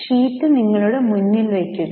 sheet നിങ്ങളുടെ മുന്നിൽ വയ്ക്കുക